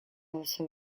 also